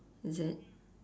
is it